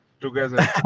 together